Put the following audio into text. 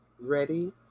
Ready